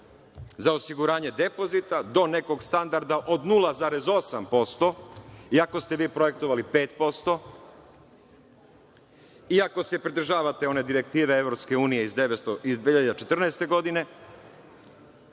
za osiguranje depozita, do nekog standarda od 0,8% i ako ste vi projektovali 5%, i ako se pridržavate one direktive EU iz 2014. godine,